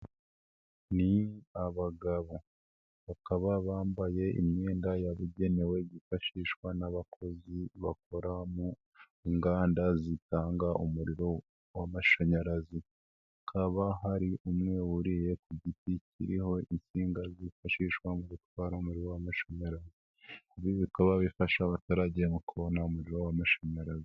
Ni abagabo bakaba bambaye imyenda yabugenewe yifashishwa n'abakozi bakora mu nganda zitanga umuriro w'amashanyarazi, hakaba hari umwe wuriye ku giti kiriho insinga zifashishwa mu gutwara muriro w'amashanyarazi. Ibi bikaba bifasha abaturage mu kubona umuriro w'amashanyarazi.